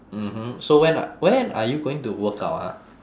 mmhmm so when a~ when are you going to workout ah